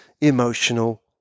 emotional